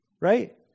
right